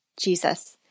Jesus